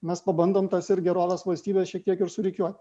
mes pabandom tas ir gerovės valstybę šiek tiek ir surikiuoti